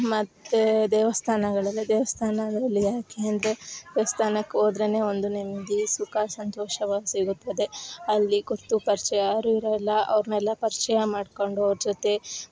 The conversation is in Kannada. ಮತ್ತು ದೇವಸ್ಥಾನಗಳಲ್ಲಿ ದೇವಸ್ಥಾನದಲ್ಲಿ ಯಾಕೆ ಅಂದರೆ ದೇವಸ್ಥಾನಕ್ ಹೋದ್ರೇನೇ ಒಂದು ನೆಮ್ಮದಿ ಸುಖ ಸಂತೋಷವಾಗಿ ಸಿಗುತ್ತದೆ ಅಲ್ಲಿ ಗುರುತು ಪರ್ಚಯ ಯಾರು ಇರಿಲ್ಲ ಅವ್ರನ್ನೆಲ್ಲ ಪರ್ಚಯ ಮಾಡಿಕೊಂಡು ಅವ್ರ ಜೊತೆ